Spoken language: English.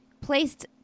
placed